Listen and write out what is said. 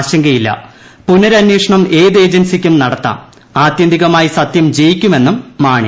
ആശങ്കയില്ല പുനരന്വേഷണ്ടം ഏത് ഏജൻസിക്കും നടത്താം ആതൃന്തികമായി ്സ്തൃം ജയിക്കുമെന്നും മാണി